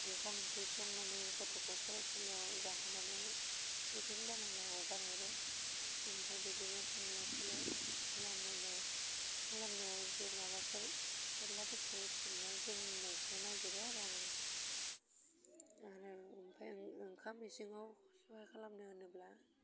ओंखाम ओंख्रि संनानै गथ'खौ फरायसालियाव जाहोनानै थिफिन बानायना हगारहरो ओमफाय बिदिनो थांलाय फैलाय खालामनो खालामनायाव जे माबाफोर सिलाफोरखौ सिबनानै दोन्नायखौ नायगिरो आरो आं आरो ओमफाय आं ओंखाम इसिङाव सहाय खालामनो होनोब्ला